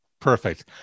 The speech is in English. Perfect